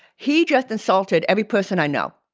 he just insulted every person i know.